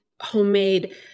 homemade